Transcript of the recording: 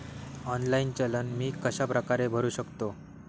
Online चलन मी कशाप्रकारे भरु शकतो?